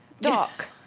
Doc